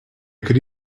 could